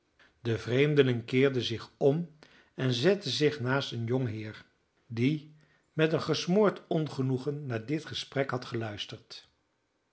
de vreemdeling keerde zich om en zette zich naast een jong heer die met een gesmoord ongenoegen naar dit gesprek had geluisterd